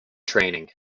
training